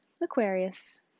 Aquarius